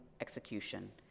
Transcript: execution